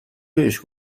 بهش